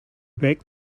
back